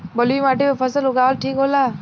बलुई माटी पर फसल उगावल ठीक होला?